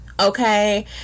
Okay